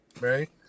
right